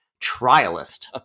trialist